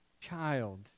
child